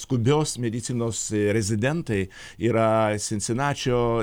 skubios medicinos rezidentai yra sinsinačio